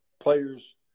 players